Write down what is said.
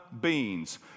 beans